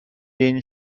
این